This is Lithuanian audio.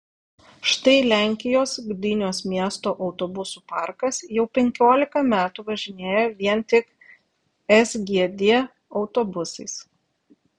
štai lenkijos gdynios miesto autobusų parkas jau penkiolika metų važinėja vien tik sgd autobusais